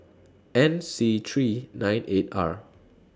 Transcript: N C three nine eight R